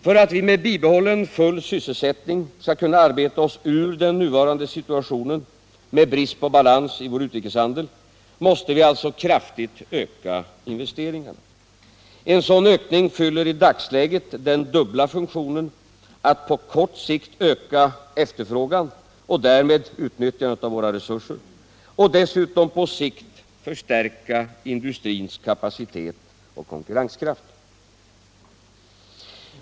För att vi med bibehållen full sysselsättning skall kunna arbeta oss ur den nuvarande situationen med brist på balans i vår utrikeshandel måste vi alltså krafugt öka investeringarna. En sådan ökning fyller i dagsläget den dubbla funktionen att på kort sikt öka efterfrågan och därmed utnyttjandet av våra resurser och dessutom på något längre sikt förstärka industrins kapacitet och konkurrenskraft.